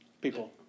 people